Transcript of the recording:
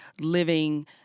living